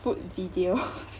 food video